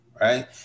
Right